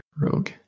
rogue